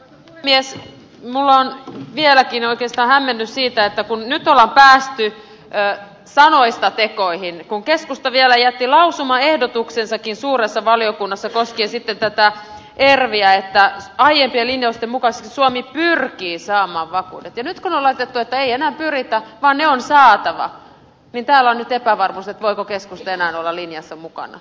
minulla on vieläkin oikeastaan hämmennys siitä että kun nyt on päästy sanoista tekoihin kun keskusta vielä jätti lausumaehdotuksensakin suuressa valiokunnassa koskien ervviä että aiempien linjausten mukaisesti suomi pyrkii saamaan vakuudet ja nyt kun on laitettu että ei enää pyritä vaan ne on saatava niin täällä on nyt epävarmuus voiko keskusta enää olla linjassa mukana